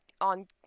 on